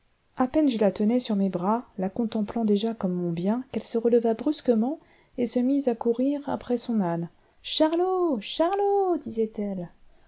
à peine je la tenais sur mes bras la contemplant déjà comme mon bien qu'elle se releva brusquement et se mit à courir après son âne charlot charlot disait-elle